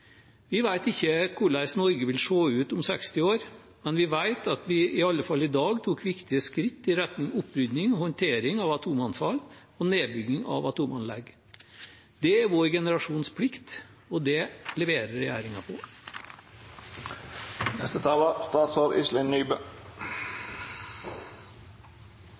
Vi vet ikke hvordan Norge vil se ut om 60 år, men vi vil vite at vi iallfall i dag tok viktige skritt i retning opprydning og håndtering av atomavfall og nedbygging av atomanlegg. Det er vår generasjons plikt, og det leverer regjeringen på.